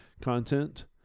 content